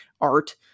art